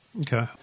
Okay